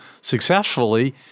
successfully